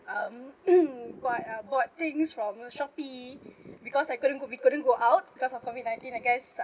um bought uh bought things from Shopee because I couldn't we couldn't go out because of COVID nineteen I guess